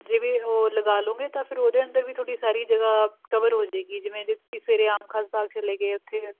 ਜਿਵੇਂ ਉਹ ਲਗਾ ਲਉਂਗੇ ਤਾਂ ਫਿਰ ਉਹਦੇ ਅੰਦਰ ਵੀ ਤੁਹਾਡੀ ਸਾਰੀ ਜਗ੍ਹਾ ਕਵਰ ਹੋ ਜਾਏਗੀ ਜਿਵੇਂ ਜੇ ਤੁਸੀਂ ਸਵੇਰੇ ਆਮ ਖਾਸ ਬਾਗ ਚਲੇ ਗਏ ਉੱਥੇ